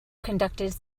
conducted